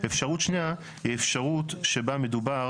אפשרות שנייה היא אפשרות שבה מדובר